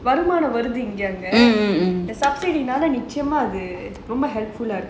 வருமானம் வருது இங்க அங்க நிச்சயமா:varumaanam varuthu inga anga nichayamaa